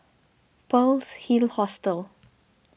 Pearl's Hill Hostel